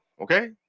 okay